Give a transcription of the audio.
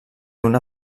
una